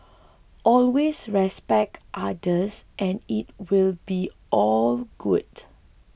always respect others and it will be all good